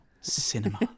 cinema